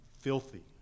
filthy